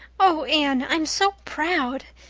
oh, anne i'm so proud!